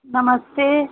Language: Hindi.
नमस्ते